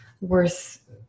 worth